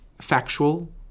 factual